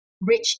rich